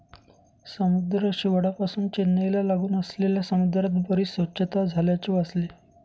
समुद्र शेवाळापासुन चेन्नईला लागून असलेल्या समुद्रात बरीच स्वच्छता झाल्याचे वाचले